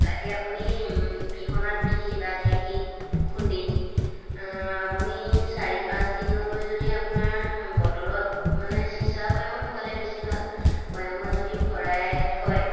কাটি আপুনি পিহনাত পিহি বা ঢেঁকীত খুন্দি আপুনি চাৰি পাঁচ দিনলৈ যদি আপোনাৰ বটলত মানে চিছাৰ বয়ামত ভৰালে বেছি ভাল বয়ামত যদি ভৰাই থয়